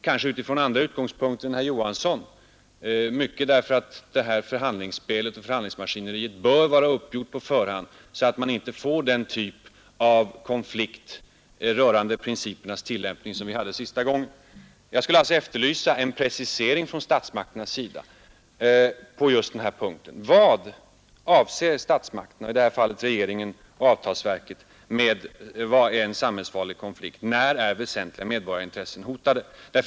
Jag gör det kanske från andra utgångspunkter än herr Olof Johansson i Stockholm och mycket därför att detta förhandlingsspel och förhandlingsmaskineri bör vara uppgjort på förhand, så att vi inte får den typ av konflikter som vi hade senast rörande principernas tillämpning. Vad avser statsmakterna, i detta fall regeringen och avtalsverket, med dessa begrepp? Vad är en samhällsfarlig konflikt, och när är väsentliga medborgarintressen hotade?